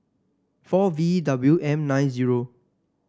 four V W M nine zero